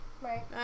right